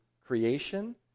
creation